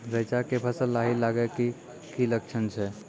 रैचा के फसल मे लाही लगे के की लक्छण छै?